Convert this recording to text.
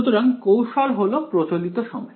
সুতরাং কৌশল হলো প্রচলিত সময়